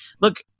look